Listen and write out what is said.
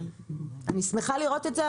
אני שמחה לראות את זה.